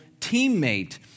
teammate